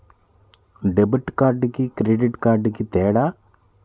Debit కార్డుకి credit కార్డుకి తేడా?